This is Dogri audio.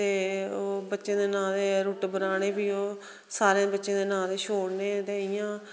ते बच्चें दे नां दे रूट्ट बनाने फ्ही ओह् सारें बच्चें दे नां दे छोड़ने ते इयां